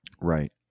Right